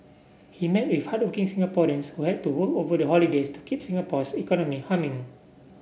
he met with hardworking Singaporeans who had to work over the holidays to keep Singapore's economy humming